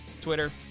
Twitter